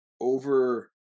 over